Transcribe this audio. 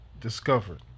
discovered